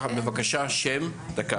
בבקשה, כן.